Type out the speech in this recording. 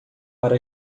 para